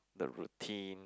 the routine